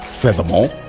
Furthermore